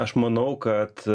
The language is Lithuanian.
aš manau kad